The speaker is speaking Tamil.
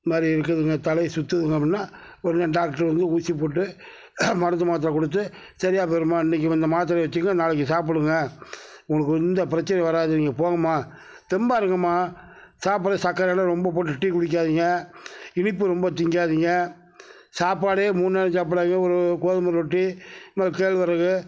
இந்த மாதிரி இருக்குதுங்க தலை சுற்றுதுங்க அப்படினா ஒடனே டாக்டரு வந்து ஊசி போட்டு மருந்து மாத்தரை கொடுத்து சரியாக போயிடும்மா இன்னிக்கி இந்த மாத்தரயை வச்சுங்க நாளைக்கு சாப்பிடுங்க உங்களுக்கு எந்த பிரச்சனையும் வராது நீங்கள் போங்கமா தெம்பாக இருங்கமா சாப்ட சக்கரைலான் ரொம்ப போட்டு டீ குடிக்காதிங்க இனிப்பு ரொம்ப திங்காதிங்க சாப்பாடே மூணு வேளை சாப்பிடாதிங்க ஒரு கோதுமை ரொட்டி இந்த கேழ்வரகு